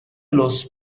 los